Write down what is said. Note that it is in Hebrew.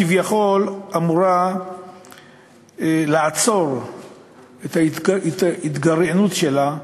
כביכול אמורה לעצור את ההתגרענות שלה,